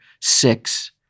six